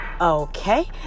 Okay